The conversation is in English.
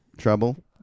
trouble